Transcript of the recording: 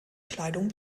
kleidung